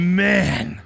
man